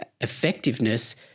effectiveness